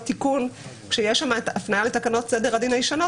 תיקון כאשר יש שם הפניה לתקנות סדר הדין הישנות,